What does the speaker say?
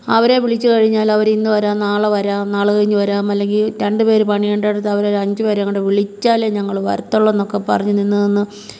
അവരെ വിളിച്ച് കഴിഞ്ഞാലവർ ഇന്ന് വരാം നാളെ വരാം നാളെ കഴിഞ്ഞ് വരാം അല്ലെങ്കിൽ രണ്ട് പേര് പണിയണ്ട എടുത്ത് അവർ ഒരഞ്ച് പേരേം കൂടെ വിളിച്ചാലേ ഞങ്ങൾ വരത്തൊള്ളുന്നൊക്കെ പറഞ്ഞ് നിന്ന് നിന്ന്